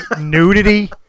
Nudity